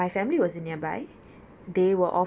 but I still fell out of place